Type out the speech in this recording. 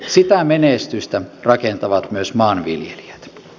sitä menestystä rakentavat myös maanviljelijät